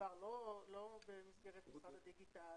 בעבר לא במסגרת שר הדיגיטל.